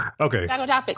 Okay